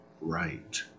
right